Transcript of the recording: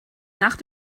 nach